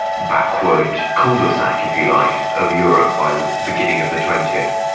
backward cul-de-sac, if you like, of europe by the beginning of the twentieth.